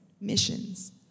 missions